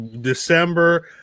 December